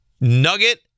Nugget